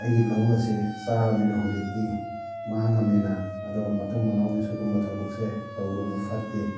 ꯑꯩꯒꯤ ꯂꯧ ꯑꯁꯦ ꯆꯥꯔꯝꯅꯤꯅ ꯍꯧꯖꯤꯛꯇꯤ ꯃꯥꯡꯉꯝꯅꯤꯅ ꯑꯗꯣ ꯃꯇꯨꯡ ꯃꯅꯥꯎꯗꯤ ꯁꯨꯒꯨꯝꯕ ꯊꯕꯛꯁꯦ ꯇꯧꯒꯅꯨ ꯐꯠꯇꯦ